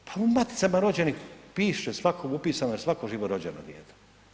Pa u Maticama rođenih piše svako upisano je svako živorođeno dijete.